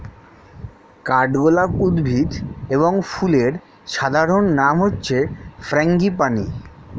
কাঠগোলাপ উদ্ভিদ এবং ফুলের সাধারণ নাম হচ্ছে ফ্রাঙ্গিপানি